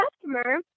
customer